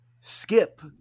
skip